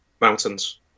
Mountains